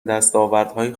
دستاوردهای